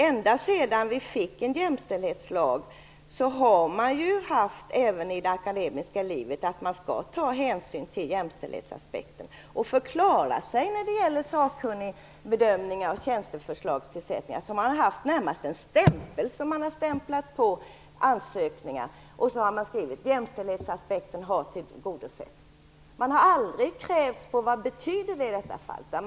Ända sedan vi fick en jämställdhetslag har man även i det akademiska livet haft att ta hänsyn till jämställdhetsaspekten och förklara sig när det gäller sakkunnig bedömning av tjänsteförslag. Man har närmast haft en stämpel som man satt på ansökningar. Så har man skrivit: Jämställdhetsaspekten har tillgodosetts. Man har aldrig avkrävts förklaring till vad det betyder.